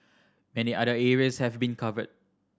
many other areas have been covered